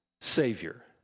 Savior